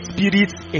Spirit's